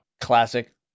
Classic